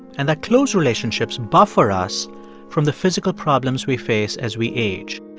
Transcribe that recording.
and that close relationships buffer us from the physical problems we face as we age.